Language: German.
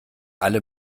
alle